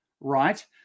right